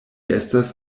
estas